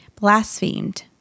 blasphemed